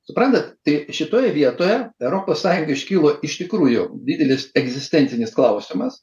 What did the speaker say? suprantat tai šitoje vietoje europos sąjungai iškilo iš tikrųjų didelis egzistencinis klausimas